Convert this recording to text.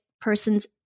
person's